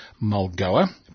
Mulgoa